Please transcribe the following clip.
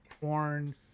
porn